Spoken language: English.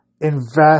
invest